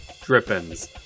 drippings